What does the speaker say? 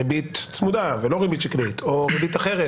ריבית צמודה ולא ריבית שקלית או ריבית אחרת,